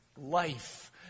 life